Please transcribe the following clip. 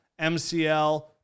MCL